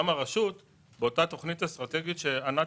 גם הרשות באותה תוכנית אסטרטגית שענת